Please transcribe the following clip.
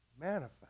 manifest